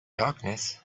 darkness